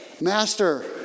master